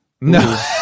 No